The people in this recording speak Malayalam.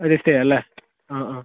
രജിസ്റ്റർ ചെയ്യാം അല്ലേ ആ ആ